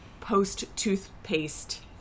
post-toothpaste